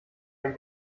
ein